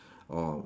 orh